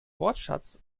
wortschatz